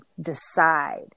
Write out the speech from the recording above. Decide